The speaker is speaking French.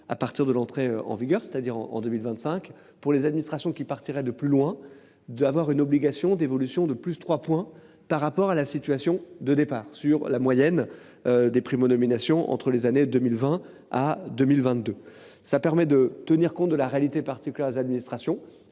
à partir de l'entrée en vigueur c'est-à-dire en en 2025 pour les administrations qui partirait de plus loin, d'avoir une obligation d'évolution de plus 3 points par rapport à la situation de départ sur la moyenne. Des primes aux nominations entre les années 2020 à 2022, ça permet de tenir compte de la réalité particulière, les administrations,